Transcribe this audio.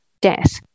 death